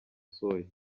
soya